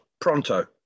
pronto